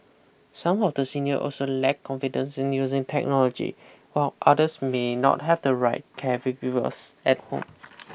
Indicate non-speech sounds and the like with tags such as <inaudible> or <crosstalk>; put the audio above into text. some of the senior also lack confidence in using technology while others may not have the right care caregivers at home <noise>